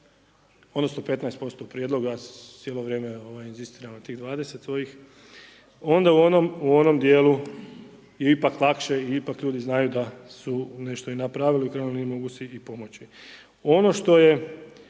odnosno 15% prijedloga cijelo vrijeme inzistiram na tih 20 svojih, onda u onom dijelu je ipak lakše i ipak ljudi znaju da su nešto i napravili, u krajnjoj liniji mogu si i pomoći.